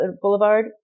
Boulevard